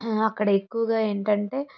అక్కడ ఎక్కువుగా ఏంటంటే